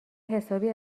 حسابی